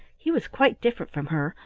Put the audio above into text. he was quite different from her,